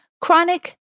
chronic